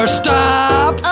stop